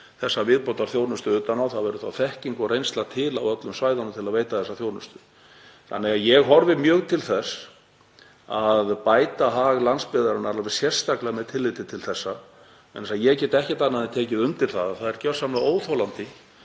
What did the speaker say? þessa viðbótarþjónustu utan á. Þá verður þekking og reynsla til á öllum svæðunum til að veita þessa þjónustu. Ég horfi mjög til þess að bæta hag landsbyggðarinnar sérstaklega með tilliti til þessa. Ég get ekkert annað en tekið undir það að hann er gjörsamlega óþolandi